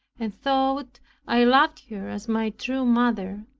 and thought i loved her as my true mother.